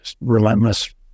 relentless